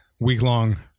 week-long